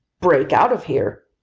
break out of here!